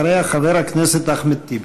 אחריה, חבר הכנסת אחמד טיבי.